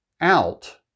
out